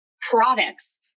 products